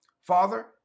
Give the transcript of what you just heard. Father